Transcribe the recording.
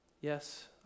Yes